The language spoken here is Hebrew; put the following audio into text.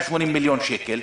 280 מיליון שקלים.